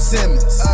Simmons